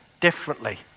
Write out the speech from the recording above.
differently